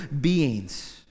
beings